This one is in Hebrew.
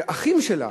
שאחים שלה,